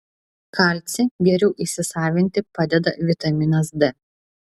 kalcį geriau įsisavinti padeda vitaminas d